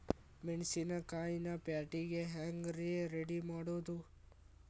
ಮೆಣಸಿನಕಾಯಿನ ಪ್ಯಾಟಿಗೆ ಹ್ಯಾಂಗ್ ರೇ ರೆಡಿಮಾಡೋದು?